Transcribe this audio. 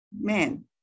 Man